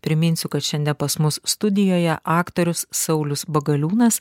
priminsiu kad šiandie pas mus studijoje aktorius saulius bagaliūnas